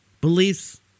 beliefs